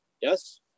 Yes